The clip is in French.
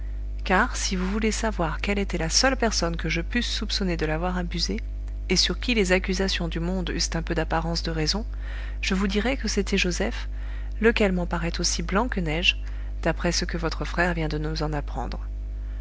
car si vous voulez savoir quelle était la seule personne que je pusse soupçonner de l'avoir abusée et sur qui les accusations du monde eussent un peu d'apparence de raison je vous dirai que c'était joseph lequel m'en paraît aussi blanc que neige d'après ce que votre frère vient de nous en apprendre